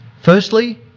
Firstly